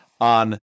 on